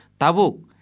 Tabuk